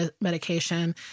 medication